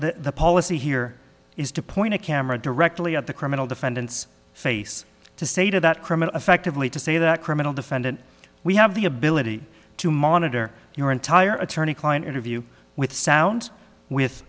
the policy here is to point a camera directly at the criminal defendants face to say to that criminal effectively to say that criminal defendant we have the ability to monitor your entire attorney client interview with sound with